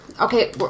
okay